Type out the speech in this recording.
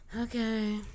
okay